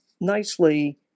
nicely